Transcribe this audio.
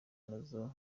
nazo